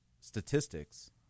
statistics